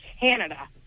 Canada